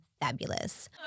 fabulous